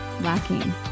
lacking